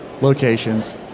locations